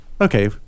Okay